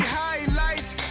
highlights